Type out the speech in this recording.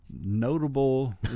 notable